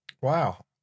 Wow